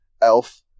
Elf